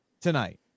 tonight